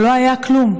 שלא היה כלום,